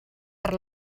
per